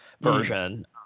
version